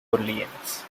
orleans